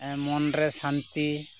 ᱢᱚᱱᱨᱮ ᱱᱤᱨᱟᱹᱭ